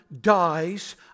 dies